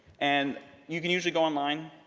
and you can usually go online,